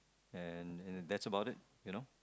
and and that's about it you know